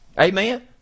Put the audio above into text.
Amen